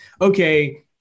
okay